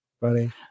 buddy